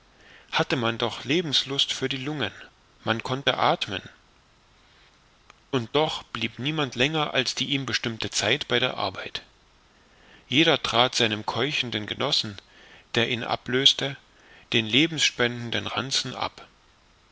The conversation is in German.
hatte man doch lebenslust für die lungen man konnte athmen und doch blieb niemand länger als die ihm bestimmte zeit bei der arbeit jeder trat seinem keuchenden genossen der ihn ablöste den lebenspendenden ranzen ab